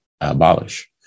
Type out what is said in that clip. abolish